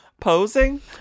posing